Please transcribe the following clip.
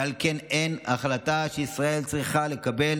ועל כן אין החלטה שישראל צריכה לקבל